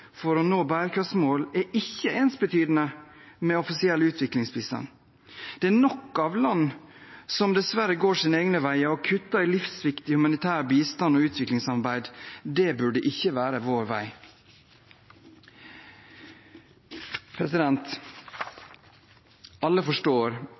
for å nå bærekraftsmålene er ikke ensbetydende med offisiell utviklingsbistand. Det er nok av land som dessverre går sine egne veier og kutter i livsviktig humanitær bistand og utviklingssamarbeid. Det burde ikke være vår vei.